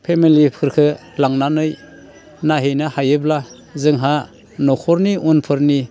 फेमिलिफोरखो लांनानै नाहैनो हायोब्ला जोंहा न'खरनि उनफोरनि